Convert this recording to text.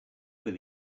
were